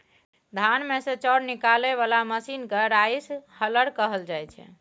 धान मे सँ चाउर निकालय बला मशीन केँ राइस हलर कहल जाइ छै